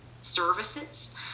services